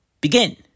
Begin